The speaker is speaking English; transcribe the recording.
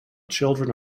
children